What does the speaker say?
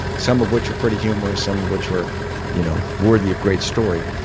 some of which were pretty humorous, some of which were you know worthy of great story.